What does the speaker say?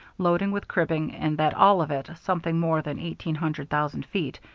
loading with cribbing, and that all of it, something more than eighteen hundred thousand feet,